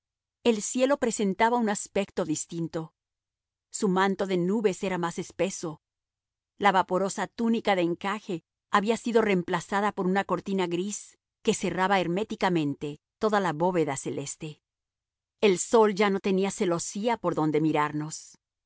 el cielo presentaba un aspecto distinto su manto de nubes era más espeso la vaporosa túnica de encaje había sido reemplazada por una cortina gris que cerraba herméticamente toda la bóveda celeste el sol ya no tenía celosía por donde mirarnos